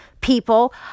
people